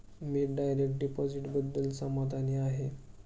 मी direct डिपॉझिटबद्दल समाधानी आहे